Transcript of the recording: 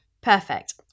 Perfect